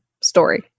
story